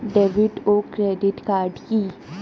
David ও credit card কি?